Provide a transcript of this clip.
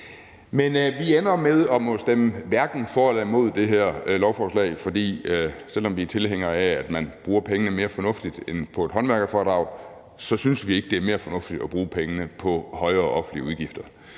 Men vi ender med at måtte stemme hverken for eller imod det her lovforslag, for selv om vi er tilhængere af, at man bruger pengene mere fornuftigt end på et håndværkerfradrag, så synes vi ikke, det er mere fornuftigt at bruge pengene på højere offentlige udgifter.